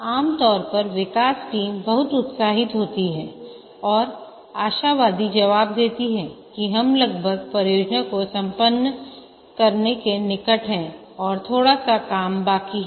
आम तौर पर विकास टीम बहुत उत्साहित होती है और आशावादी जवाब देती है कि हम लगभग परियोजना को संपन्न करने के निकट है और थोड़ा सा काम बाकी है